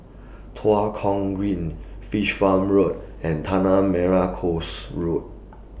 Tua Kong Green Fish Farm Road and Tanah Merah Coast Road